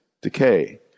decay